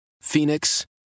phoenix